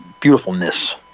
beautifulness